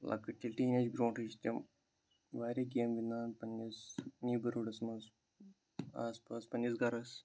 لۅکٕٹۍ تہِ ٹیٖن ایٚجہِ برٛونٹھٕے چھِ تِم وارِیاہ گیٚمہٕ گِنٛدان پَنٕنِس نیٚبَرہُڈس منٛز آس پاس پَنٕنِس گَرَس